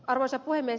arvoisa puhemies